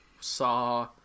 Saw